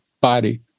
body